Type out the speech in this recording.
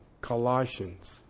Colossians